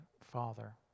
father